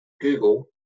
Google